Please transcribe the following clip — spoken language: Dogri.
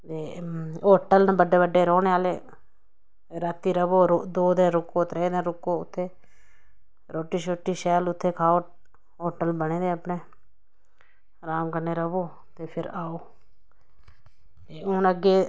ते होटल न बड्डे बड्डे रौह्नें आह्ले रातीं रवो दो दिन रुको त्रै दिन रुको उत्थें रुट्टी शुट्टी उत्थें खाहो होटल बने दे अपनै राम कन्नै रवो ते फ्ही आओ ते हून अग्गैं